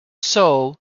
sow